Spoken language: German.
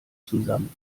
zusammen